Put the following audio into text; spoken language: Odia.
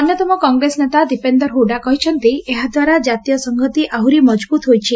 ଅନ୍ୟତମ କଂଗ୍ରେସ ନେତା ଦିପେନ୍ଦର ହୁଡ଼ା କହିଛନ୍ତି ଏହାଦ୍ୱାରା ଜାତୀୟ ସଂହତି ଆହୁରି ମଜବୁତ୍ ହୋଇଛି